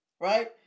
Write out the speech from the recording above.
right